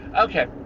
Okay